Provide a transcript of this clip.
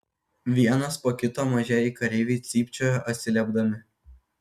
vienas po kito mažieji kareiviai cypčiojo atsiliepdami